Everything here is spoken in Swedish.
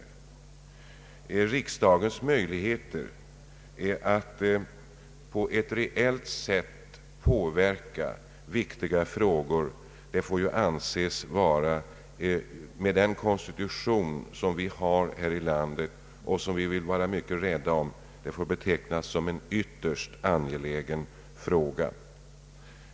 Frågan om riksdagens möjligheter att reelt påverka viktiga ärenden får ju, med den konstitution vi har här i landet och är så rädda om, betecknas såsom ytterst angelägen.